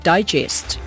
Digest